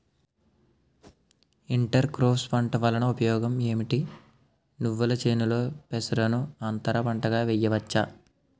Inter crops పంట వలన ఉపయోగం ఏమిటి? నువ్వుల చేనులో పెసరను అంతర పంటగా వేయవచ్చా?